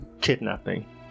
kidnapping